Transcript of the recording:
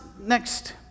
next